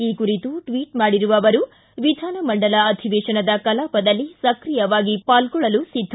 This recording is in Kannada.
ಈ ಕುರಿತು ಟ್ವಿಚ್ ಮಾಡಿರುವ ಅವರು ವಿಧಾನಮಂಡಲ ಅಧಿವೇಶನ ಕಲಾಪದಲ್ಲಿ ಸಕ್ರಿಯವಾಗಿ ಪಾಲ್ಗೊಳ್ಳಲು ಸಿದ್ಧ